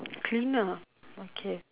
cleaner okay